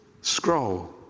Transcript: scroll